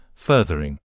furthering